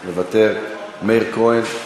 מוותר, מאיר כהן,